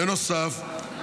בנוסף,